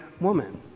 woman